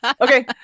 Okay